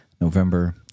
November